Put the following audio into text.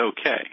okay